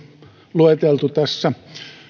lueteltu